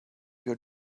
your